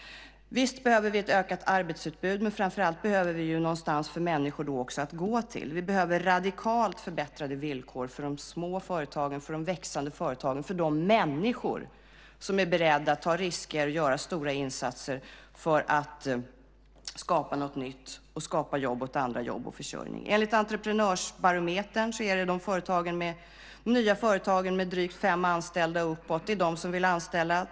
Visst behöver vi ett ökat arbetsutbud, men framför allt behöver vi någonstans för människor att gå. Vi behöver radikalt förbättrade villkor för de små företagen, för de växande företagen, för de människor som är beredda att ta risker och göra stora insatser för att skapa något nytt och skapa jobb och försörjning åt andra. Enligt Entreprenörsbarometern är det de nya företagen med drygt fem anställda och uppåt som vill anställa.